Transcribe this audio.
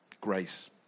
Grace